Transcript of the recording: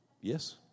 Yes